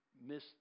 miss